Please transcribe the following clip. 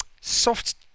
soft